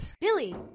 Billy